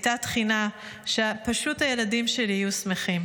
הייתה תחינה שפשוט הילדים שלי יהיו שמחים.